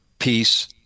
peace